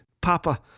Papa